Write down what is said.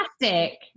fantastic